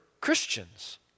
Christians